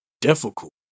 difficult